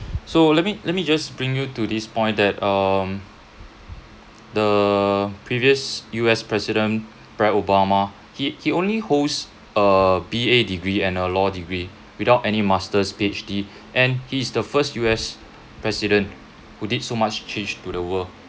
so let me let me just bring you to this point that um the previous U_S president barack obama he he only holds a B_A degree and a law degree without any masters Ph_D and he is the first U_S president who did so much change to the world